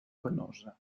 penosa